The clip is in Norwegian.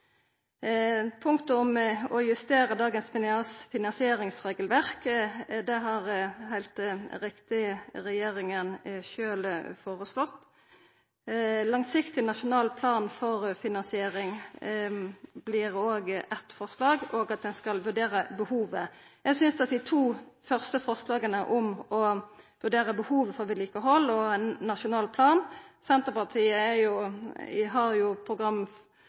punktet om å justera dagens finansieringsregelverk: Det har, heilt riktig, regjeringa sjølv foreslått. Ein langsiktig, nasjonal plan for finansiering er òg eit forslag, og at ein skal vurdera behovet. Til dei to første punkta om å vurdera behovet for vedlikehald og ein nasjonal plan: Senterpartiet har